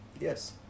yes